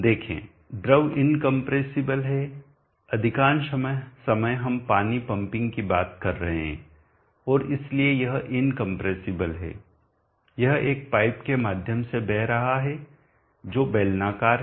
देखें द्रव इनकंप्रेसीबल है अधिकांश समय हम पानी पंपिंग की बात कर रहे हैं और इसलिए यह इनकंप्रेसीबल है यह एक पाइप के माध्यम से बह रहा है जो बेलनाकार हैं